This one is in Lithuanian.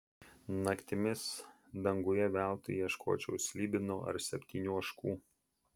naktimis danguje veltui ieškočiau slibino ar septynių ožkų